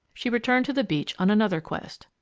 she returned to the beach on another quest.